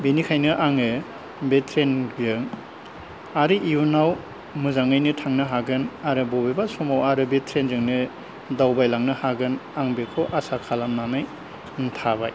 बेनिखायनो आङो बे ट्रेनजों आरो इयुनाव मोजाङैनो थांनो हागोन आरो बबेबा समाव आरो बे ट्रेनजोंनो दावबायलांनो हागोन आं बेखौ आसा खालामनानै थाबाय